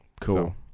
cool